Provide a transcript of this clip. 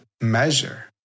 measure